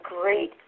great